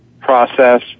process